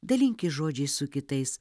dalinkis žodžiais su kitais